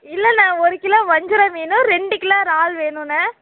இல்லண்ணா ஒரு கிலோ வஞ்சிரம் மீனும் ரெண்டு கிலோ இறால் வேணுண்ணா